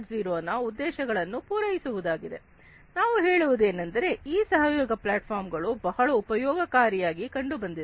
0 ನ ಉದ್ದೇಶಗಳನ್ನು ಪೂರೈಸುವುದಾಗಿದೆ ನಾವು ಹೇಳುವುದೇನೆಂದರೆ ಈ ಕೊಲ್ಯಾಬೊರೇಟಿವ್ ಪ್ಲಾಟ್ಫಾರ್ಮ್ ಗಳು ಬಹಳ ಉಪಯೋಗಕಾರಿಯಾಗಿ ಕಂಡುಬಂದಿದೆ